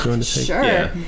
Sure